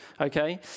okay